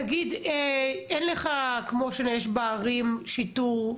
נגיד, אין לך כמו שיש בערים שיטור?